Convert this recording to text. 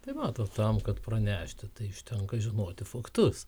tai matot tam kad pranešti tai užtenka žinoti faktus